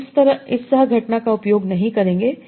हम इस सह घटना का उपयोग नहीं करेंगे